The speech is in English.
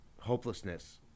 hopelessness